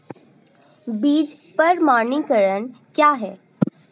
बीज प्रमाणीकरण क्या है?